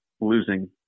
losing